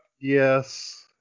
Yes